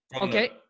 Okay